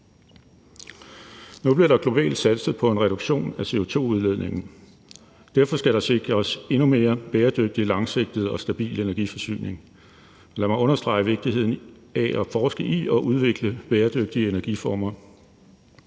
Nu bliver der jo globalt satset på en reduktion af CO2-udledningen. Derfor skal der sikres en endnu mere bæredygtig, langsigtet og stabil energiforsyning, og lad mig understrege vigtigheden af at forske i og udvikle bæredygtige energiformer.